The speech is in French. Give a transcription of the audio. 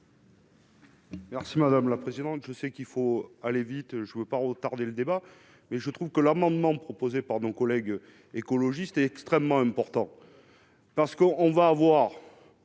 Merci madame la présidente, je sais qu'il faut aller vite : je ne veux pas retarder le débat mais je trouve que l'amendement proposé par mon collègue écologiste est extrêmement important parce qu'on on va voir